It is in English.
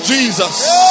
Jesus